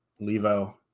Levo